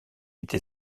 été